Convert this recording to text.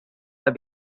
are